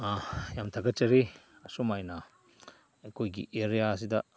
ꯌꯥꯝ ꯊꯥꯒꯠꯆꯔꯤ ꯑꯁꯨꯃꯥꯏꯅ ꯑꯩꯈꯣꯏꯒꯤ ꯑꯦꯔꯤꯌꯥꯁꯤꯗ